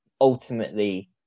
ultimately